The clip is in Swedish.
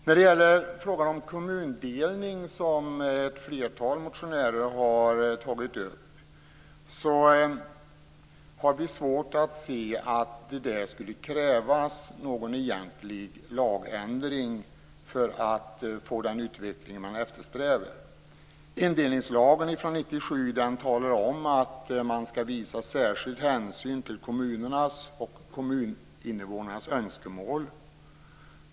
När det gäller frågan om kommundelning, som ett flertal motionärer tagit upp, har vi svårt att se att det egentligen skulle krävas en lagändring för att få den utveckling som eftersträvas. Indelningslagen från 1997 säger att man skall ta särskild hänsyn till kommunernas och kommuninvånarnas önskemål.